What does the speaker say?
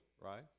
right